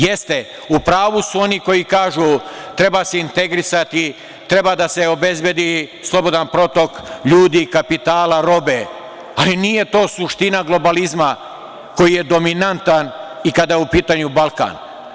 Jeste, u pravu su oni koji kažu – treba se integrisati, treba da se obezbedi slobodan protok ljudi, kapitala, robe, ali nije to suština globalizma koji je dominantan i kada je u pitanju Balkan.